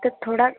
तो थोड़ा